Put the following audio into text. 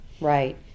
Right